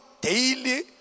daily